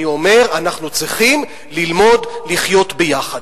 אני אומר, אנחנו צריכים ללמוד לחיות ביחד.